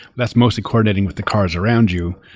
that's mostly coordinating with the cars around you.